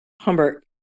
Humbert